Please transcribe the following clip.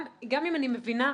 גם אם אני מבינה,